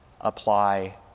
apply